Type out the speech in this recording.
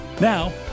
Now